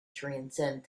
transcend